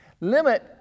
Limit